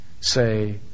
say